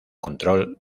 control